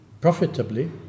profitably